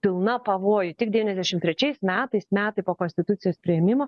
pilna pavojų tik devyniasdešim trečiais metais metai po konstitucijos priėmimo